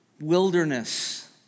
wilderness